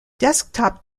desktop